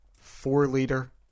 four-liter